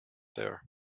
there